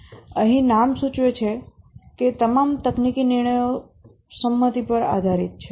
અહીં નામ સૂચવે છે કે તમામ તકનીકી નિર્ણયો સંમતિ પર આધારિત છે